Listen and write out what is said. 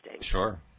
Sure